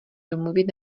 domluvit